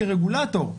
כרגולטור,